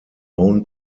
own